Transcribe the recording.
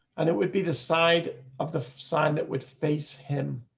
and it would be the side of the sign that would face him.